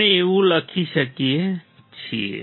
આપણે એવું લખી શકીએ છીએ